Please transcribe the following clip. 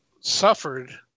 suffered